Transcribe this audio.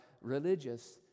religious